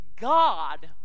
God